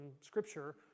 Scripture